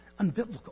unbiblical